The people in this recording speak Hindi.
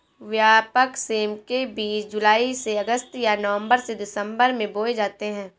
व्यापक सेम के बीज जुलाई से अगस्त या नवंबर से दिसंबर में बोए जाते हैं